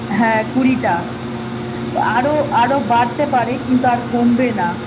হ্যাঁ কুড়িটা আরও আরও বাড়তে পারে কিন্তু আর কমবে না